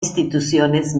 instituciones